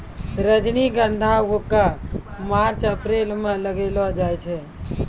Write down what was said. रजनीगंधा क मार्च अप्रैल म लगैलो जाय छै